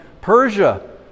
Persia